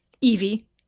Evie